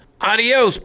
Adios